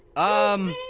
um,